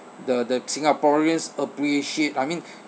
the the singaporeans appreciate I mean